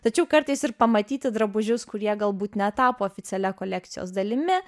tačiau kartais ir pamatyti drabužius kurie galbūt netapo oficialia kolekcijos dalimi